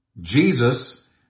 Jesus